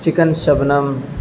chicken Shabnam